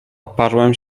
oparłem